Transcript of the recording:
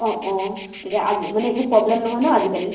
অঁ অঁ তেতিয়া আজি মানে একো প্ৰব্লেম নহয় ন আজিকালি